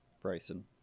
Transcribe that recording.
Bryson